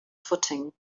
footing